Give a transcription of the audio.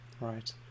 Right